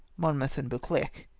monmouth and buccleuch.